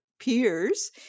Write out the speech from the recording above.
peers